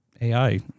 AI